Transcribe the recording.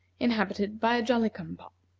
inhabited by a jolly-cum-pop.